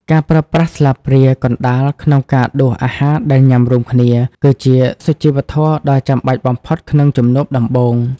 ការប្រើប្រាស់ស្លាបព្រាកណ្ដាលក្នុងការដួសអាហារដែលញ៉ាំរួមគ្នា គឺជាសុជីវធម៌ដ៏ចាំបាច់បំផុតក្នុងជំនួបដំបូង។